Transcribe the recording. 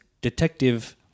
detective